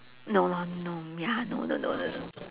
no lor no ya no no no no no